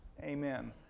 Amen